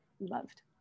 loved